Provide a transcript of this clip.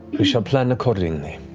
we shall plan accordingly.